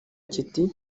kiti